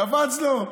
קפץ לו.